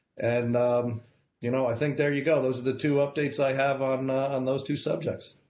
and um you know i think there you go, those are the two updates i have on ah on those two subjects.